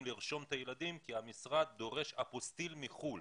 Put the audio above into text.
לרשום את הילדים כי המשרד דורש אפוסטיל מחו"ל,